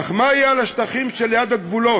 אך מה יהיה על השטחים שליד הגבולות?